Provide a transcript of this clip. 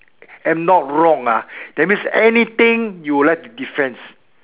am not wrong ah that means anything you like to defense